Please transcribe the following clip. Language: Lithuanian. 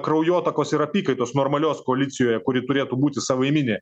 kraujotakos ir apykaitos normalios koalicijoje kuri turėtų būti savaiminė